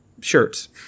shirts